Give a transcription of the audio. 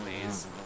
please